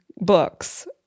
books